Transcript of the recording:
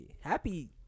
happy